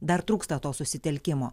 dar trūksta to susitelkimo